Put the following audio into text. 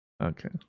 Okay